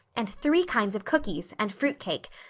and three kinds of cookies, and fruit cake,